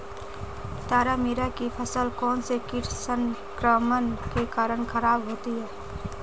तारामीरा की फसल कौनसे कीट संक्रमण के कारण खराब होती है?